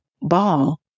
ball